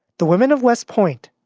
the women of west point,